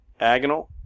Agonal